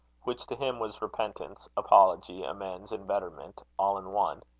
which to him was repentance, apology, amends, and betterment, all in one.